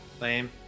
lame